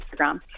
Instagram